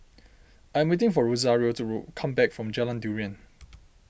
I'm waiting for Rosario to come back from Jalan Durian